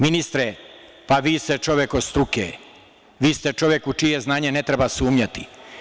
Ministre, pa vi ste čovek od struke, vi ste čovek u čije znanje ne treba sumnjati.